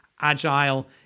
agile